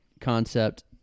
concept